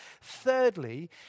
thirdly